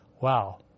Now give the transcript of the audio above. Wow